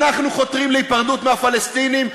אנחנו חותרים להיפרדות מהפלסטינים,